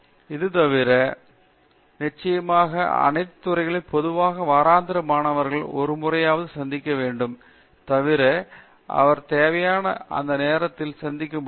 அது தவிர நிச்சயமாக அனைத்து துறைகளிலும் பொதுவாக வாராந்திர மாணவர்கள் ஒரு முறையான சந்திப்பு வேண்டும் தவிர அவர் தேவையான எந்த நேரத்திலும் சந்திக்க முடியும்